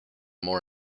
more